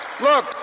Look